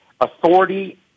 authority